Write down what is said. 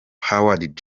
howard